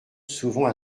souvent